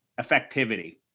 Effectivity